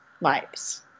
lives